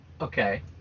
okay